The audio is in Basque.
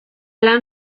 lan